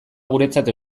guretzat